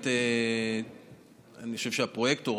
שהפרויקטור,